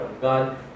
God